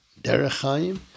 Derechaim